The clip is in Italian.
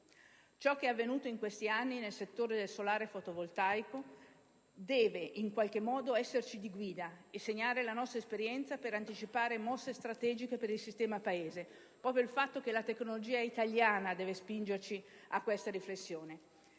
Ciò che è avvenuto in questi anni nel settore del solare fotovoltaico deve in qualche modo esserci di guida e segnare la nostra esperienza per anticipare mosse strategiche per il sistema Paese: è la tecnologia italiana che deve spingerci a queste riflessioni.